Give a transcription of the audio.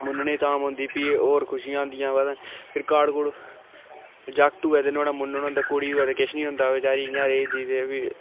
मूननें दी धाम होंदी प्ही होर खुशियां होंदियां फिर कार्ड जागत होऐ ते नुहाड़ा होंदे ते कुड़ी होऐ ते किश निं होंदा ते बचारी इं'या रेही जंदी ते